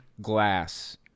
glass